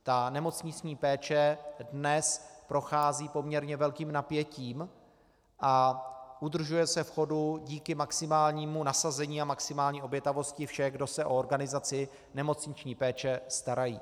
Ta nemocniční péče dnes prochází poměrně velkým napětím a udržuje se v chodu díky maximálnímu nasazení a maximální obětavosti všech, kdo se o organizaci nemocniční péče starají.